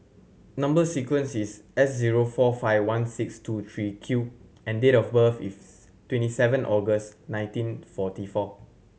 number sequence is S zero four five tone six two three Q and date of birth is twenty seven August nineteen forty four